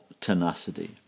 tenacity